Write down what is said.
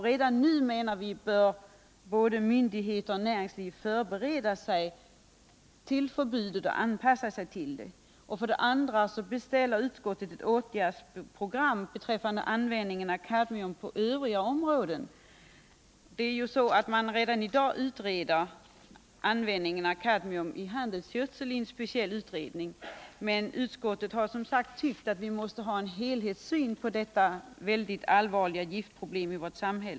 Redan nu, menar vi, bör både myndigheter och näringsliv förbereda en anpassning till förbudet. För det andra beställer utskottet ett åtgärdsprogram beträffande användningen av kadmium på de områden som inte kommer att omfattas av förbudet. Användningen av kadmium i handelsgödsel undersöks redan av en speciell utredning, men utskottet har tyckt att vi måste ha en helhetssyn på detta mycket allvarliga giftproblem.